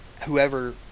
whoever